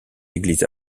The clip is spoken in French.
église